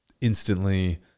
instantly